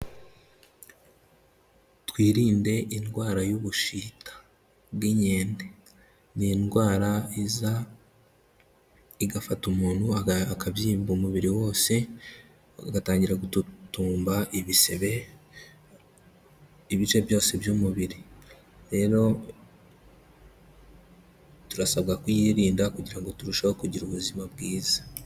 Twirinde indwara y'ubushita bw'inkende, ni indwara iza igafata umuntu akabyimba umubiri wose, agatangira gututumba ibisebe ibice byose by'umubiri, rero turasabwa kuyirinda kugira ngo turusheho kugira ubuzima bwiza.